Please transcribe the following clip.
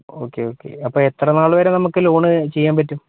okay okay അപ്പോൾ എത്ര നാളുവരെ നമുക്ക് ലോണ് ചെയ്യാൻ പറ്റും